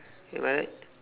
am I right